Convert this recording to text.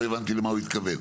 לא הבנתי למה הוא התכוון.